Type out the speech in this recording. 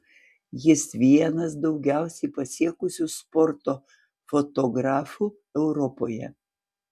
jis vienas daugiausiai pasiekusių sporto fotografų europoje